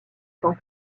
tant